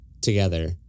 together